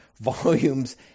volumes